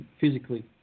physically